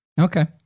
Okay